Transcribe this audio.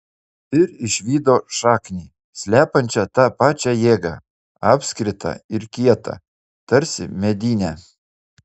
ir išvydo šaknį slepiančią tą pačią jėgą apskritą ir kietą tarsi medinę